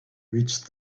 reached